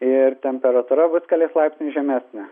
ir temperatūra bus keliais laipsniais žemesnė